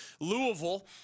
Louisville